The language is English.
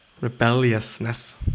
Rebelliousness